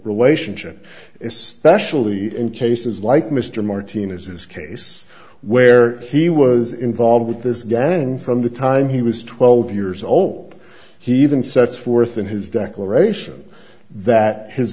relationship especially in cases like mr martinez's case where he was involved with this gang from the time he was twelve years old he even sets forth in his declaration that his